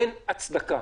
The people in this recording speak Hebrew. אין הצדקה.